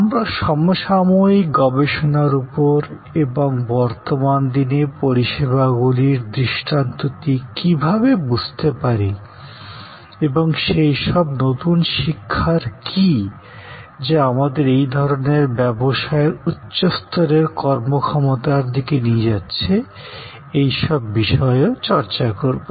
আমরা সমসাময়িক গবেষণার উপর এবং বর্তমান দিনে পরিষেবাগুলির দৃষ্টান্তটি কীভাবে বুঝতে পারি এবং সেইসব নতুন শিক্ষা কী যা আমাদেরকে এই ধরণের ব্যবসায়ের উচ্চস্তরের কর্মক্ষমতার দিকে নিয়ে যাচ্ছে এইসব বিষয়ে চর্চা করব